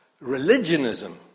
religionism